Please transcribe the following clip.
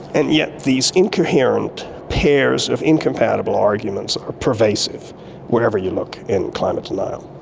and yet these incoherent pairs of incompatible arguments are pervasive wherever you look in climate denial.